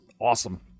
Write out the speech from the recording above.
awesome